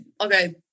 okay